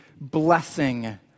blessing